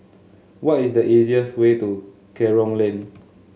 what is the easiest way to Kerong Lane